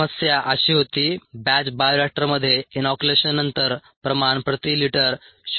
समस्या अशी होती बॅच बायोरिएक्टरमध्ये इनॉक्युलेशननंतर प्रमाण प्रति लिटर 0